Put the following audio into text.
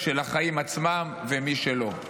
-- של החיים עצמם ומי שלא.